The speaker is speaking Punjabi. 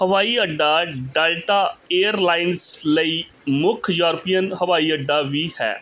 ਹਵਾਈ ਅੱਡਾ ਡੈਲਟਾ ਏਅਰਲਾਈਨਜ਼ ਲਈ ਮੁੱਖ ਯੂਰਪੀਅਨ ਹਵਾਈ ਅੱਡਾ ਵੀ ਹੈ